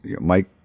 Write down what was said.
Mike